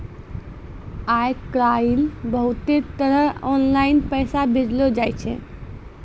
आय काइल बहुते तरह आनलाईन पैसा भेजलो जाय छै